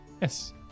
Yes